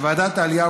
ובוועדת העלייה,